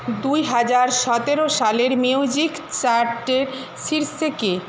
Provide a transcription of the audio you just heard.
দুই হাজার সতেরো সালের মিউজিক চার্টের শীর্ষে কে